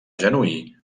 genuí